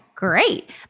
great